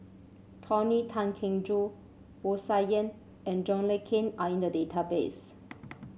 Tony Tan Keng Joo Wu Tsai Yen and John Le Cain are in the database